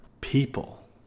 People